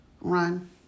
run